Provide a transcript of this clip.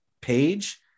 page